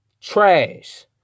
trash